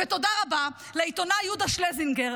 ותודה רבה לעיתונאי יהודה שלזינגר,